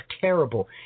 terrible